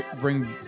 bring